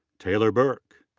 taylor bourke.